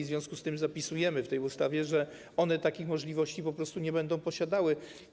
W związku z tym zapisujemy w tej ustawie, że one takich możliwości po prostu nie będą posiadały.